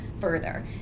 further